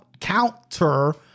counter